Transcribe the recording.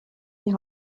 die